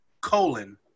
colon